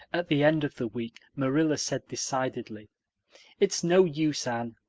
at the end of the week marilla said decidedly it's no use, anne.